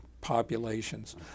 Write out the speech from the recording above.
populations